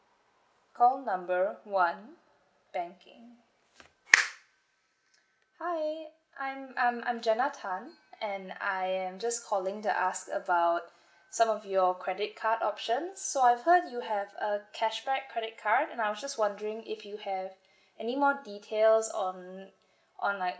call number one banking hi I'm I'm I'm jenna tan and I am just calling to ask about some of your credit card options so I've heard you have a cashback credit card and I was just wondering if you have any more details on on like